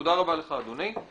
תודה רבה לך אדוני.